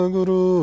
Guru